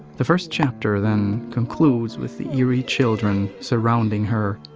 the first chapter then concludes with the eerie children surrounding her,